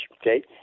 okay